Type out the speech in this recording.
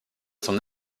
son